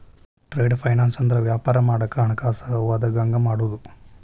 trade finance ಅಂದ್ರ ವ್ಯಾಪಾರ ಮಾಡಾಕ ಹಣಕಾಸ ಒದಗಂಗ ಮಾಡುದು